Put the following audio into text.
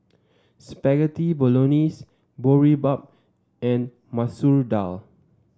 Spaghetti Bolognese Boribap and Masoor Dal